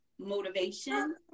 motivation